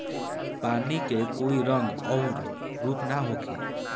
पानी के कोई रंग अउर रूप ना होखें